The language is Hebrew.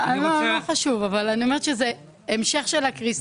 לא חשוב, אבל אני אומרת שזה המשך של הקריסה.